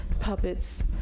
puppets